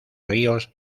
ríos